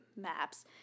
maps